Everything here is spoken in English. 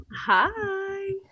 Hi